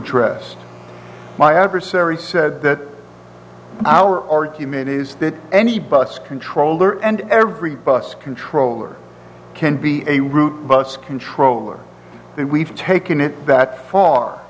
addressed my adversary said that our argument is that any bus controller and every bus controller can be a route bus controller we've taken it that far